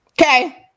Okay